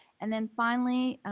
and then finally,